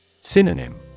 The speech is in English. Synonym